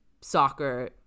soccer